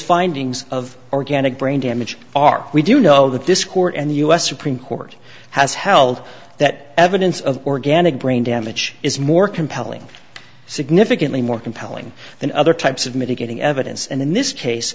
findings of organic brain damage are we do know that this court and the us supreme court has held that evidence of organic brain damage is more compelling significantly more compelling than other types of mitigating evidence and in this case